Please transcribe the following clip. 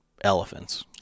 elephants